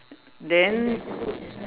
then